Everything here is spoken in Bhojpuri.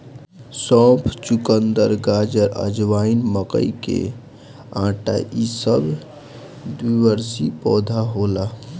सौंफ, चुकंदर, गाजर, अजवाइन, मकई के आटा इ सब द्विवर्षी पौधा होला